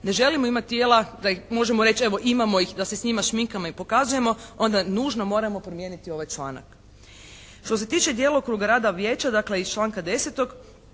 ne želimo tijela da možemo reći evo imamo ih da se s njima šminkamo i pokazujemo onda nužno moramo promijeniti ovaj članak. Što se tiče djelokruga rada Vijeća, dakle iz članka 10.